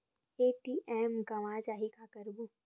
ATM गवां जाहि का करबो?